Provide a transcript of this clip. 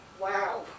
Wow